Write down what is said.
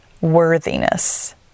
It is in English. worthiness